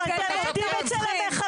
אנחנו לא עובדים לבקשתכם,